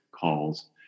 calls